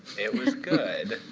it was good.